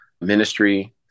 ministry